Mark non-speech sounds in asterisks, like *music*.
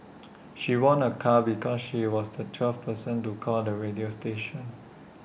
*noise* she won A car because she was the twelfth person to call the radio station